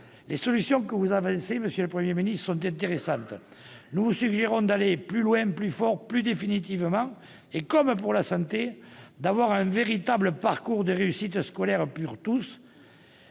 Les solutions que vous avancez, monsieur le Premier ministre, sont intéressantes. Nous vous suggérons d'aller plus loin, de frapper plus fort, plus définitivement, et comme pour la santé, d'envisager un véritable parcours de réussite scolaire pour tous,